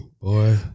Boy